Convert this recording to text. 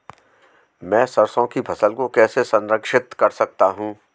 मैं सरसों की फसल को कैसे संरक्षित कर सकता हूँ?